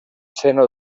seno